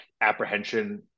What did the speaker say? apprehension